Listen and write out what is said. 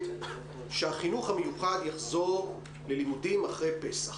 שהחינוך המיוחד יחזור ללימודים אחרי פסח,